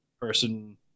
person